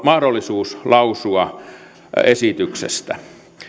mahdollisuus lausua esityksestä